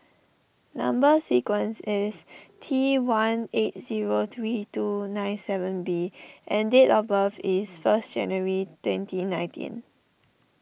Number Sequence is T one eight zero three two nine seven B and date of birth is first January twenty nineteen